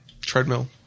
treadmill